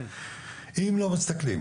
אם לא מסתכלים